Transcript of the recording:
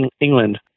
England